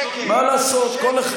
שקר.